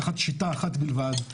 שירתתי שש שנים בתוך גבולות המדינה,